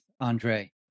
Andre